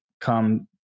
come